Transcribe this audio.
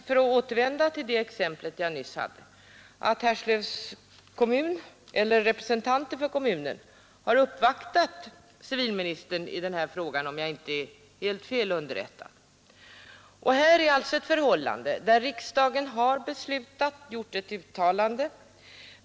För att återvända till det exempel som jag nyss tog vet jag att representanter för Härslövs kommun har uppvaktat civilministern i denna fråga. Riksdagen har alltså beslutat att göra ett uttalande.